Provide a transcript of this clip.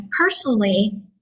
personally